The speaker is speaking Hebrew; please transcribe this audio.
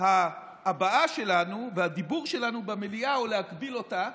ההבעה שלנו והדיבור שלנו במליאה ולהגביל אותה,